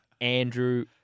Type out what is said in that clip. Andrew